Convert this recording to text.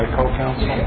co-counsel